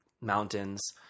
mountains